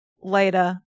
later